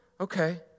okay